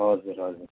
हजुर हजुर